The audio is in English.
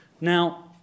Now